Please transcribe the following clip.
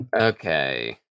Okay